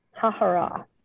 Tahara